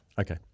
Okay